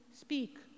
speak